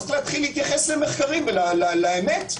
צריך להתייחס למחקרים ולאמת.